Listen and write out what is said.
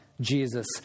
Jesus